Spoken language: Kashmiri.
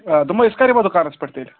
دوٚپمَے أسۍ کَر یِمو دُکانَس پٮ۪ٹھ تیٚلہِ